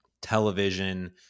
television